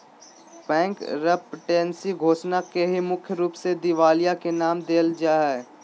bankruptcy घोषणा के ही मुख्य रूप से दिवालिया के नाम देवल जा हय